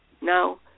now